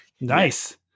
nice